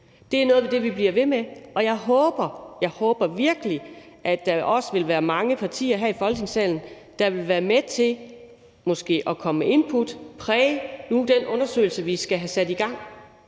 Det er noget, vi bliver ved med, og jeg håber – jeg håber virkelig – at der også vil være mange partier her i Folketingssalen, der vil være med til måske at komme med input og præge den undersøgelse, vi skal have sat i gang